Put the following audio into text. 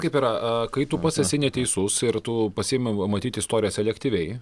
kaip yra kai tu pats esi neteisus ir tu pasiimi matyt istoriją selektyviai